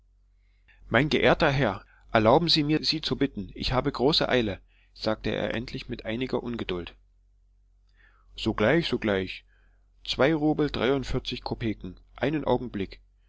mein geehrter herr erlauben sie mir sie zu bitten ich habe große eile sagte er endlich mit einiger ungeduld sogleich sogleich zwei rubel dreiundvierzig kopeken einen augenblick